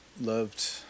loved